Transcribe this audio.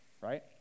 right